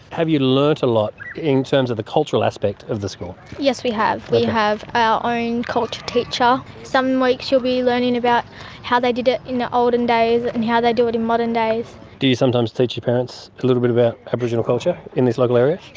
have you learnt a lot in terms of the cultural aspect of the school? yes, we have. we have our own culture teacher. some weeks you'll be learning about how they did it in the olden days and how they do it in modern days. do you sometimes teach your parents a little bit about aboriginal culture in this local area?